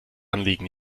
anliegen